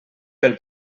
pel